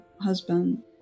husband